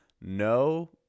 No